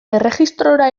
erregistrora